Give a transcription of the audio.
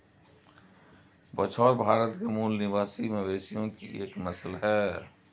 बछौर भारत के मूल निवासी मवेशियों की एक नस्ल है